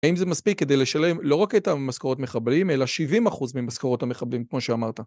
האם זה מספיק כדי לשלם לא רק את המשכורות מחבלים, אלא 70% ממשכורות המחבלים כמו שאמרת?